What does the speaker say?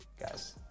guys